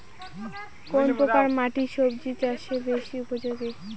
কোন প্রকার মাটি সবজি চাষে বেশি উপযোগী?